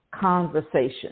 conversation